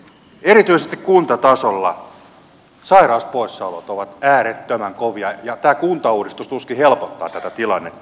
erityisesti kuntatasolla sairauspoissaolot ovat äärettömän kovia ja tämä kuntauudistus tuskin helpottaa tätä tilannetta